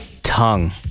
tongue